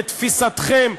לתפיסתכם,